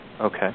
Okay